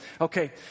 Okay